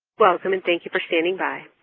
but um and and thank you for standing by.